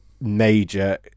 major